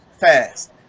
fast